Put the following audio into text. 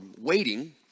waiting